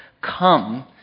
come